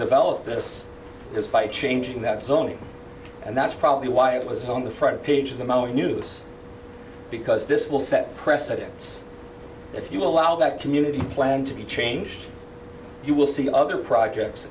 develop this is by changing that zone and that's probably why it was on the front page of the most news because this will set precedence if you allow that community plan to be changed you will see other projects